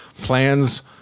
plans